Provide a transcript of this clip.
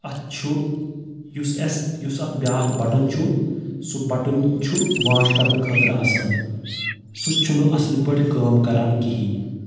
اَتھ چھُ یُس اَسہِ یُس اَتھ بیاکھ بَٹُن چھُ سُہ بَٹُن چھُ واش کرنہٕ خٲطرٕ آسان سُہ چھُ نہٕ اَصٕل پٲٹھۍ کٲم کران کِہینۍ